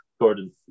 Gordon